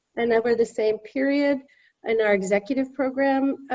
and over the same period in our executive program,